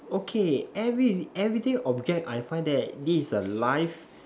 okay every everyday object I find that this is a life